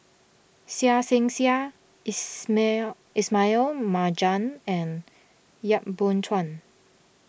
Seah Seah Ismail Ismail Marjan and Yap Boon Chuan